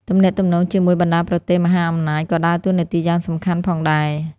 ទំនាក់ទំនងជាមួយបណ្តាប្រទេសមហាអំណាចក៏ដើរតួនាទីយ៉ាងសំខាន់ផងដែរ។